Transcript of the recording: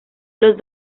los